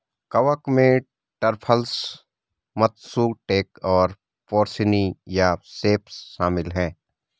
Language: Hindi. कवक में ट्रफल्स, मत्सुटेक और पोर्सिनी या सेप्स शामिल हैं